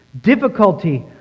difficulty